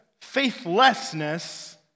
faithlessness